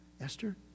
Esther